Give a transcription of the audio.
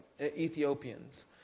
Ethiopians